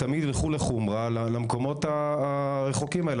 תמיד ילכו לחומרה ולמקומות הרחוקים האלה.